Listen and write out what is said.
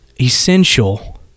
essential